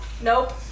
Nope